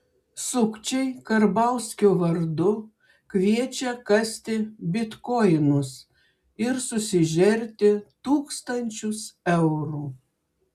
sukčiai karbauskio vardu kviečia kasti bitkoinus ir susižerti tūkstančius eurų